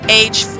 age